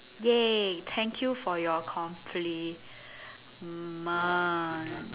!yay! thank you for your compliment